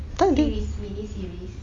tak dia